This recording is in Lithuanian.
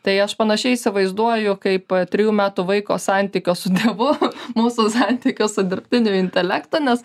tai aš panašiai įsivaizduoju kaip trijų metų vaiko santykio su tėvu mūsų santykio su dirbtiniu intelektu nes